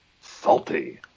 Salty